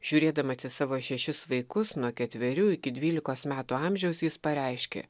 žiūrėdamas į savo šešis vaikus nuo ketverių iki dvylikos metų amžiaus jis pareiškė